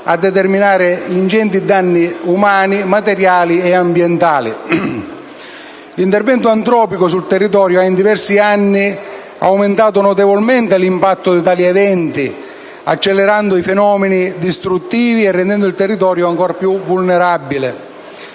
a determinare ingenti danni umani, materiali e ambientali. L'intervento antropico sul territorio ha, in diversi casi, aumentato notevolmente l'impatto di tali eventi, accelerando fenomeni distruttivi e rendendo il territorio ancor più vulnerabile.